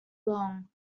long